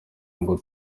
ngo